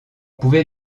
pouvait